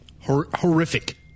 Horrific